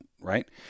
right